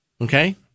Okay